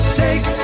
take